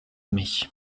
mich